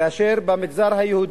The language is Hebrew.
כאשר במגזר היהודי,